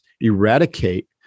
eradicate